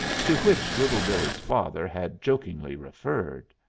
to which little billee's father had jokingly referred.